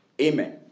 Amen